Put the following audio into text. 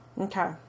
Okay